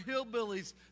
hillbillies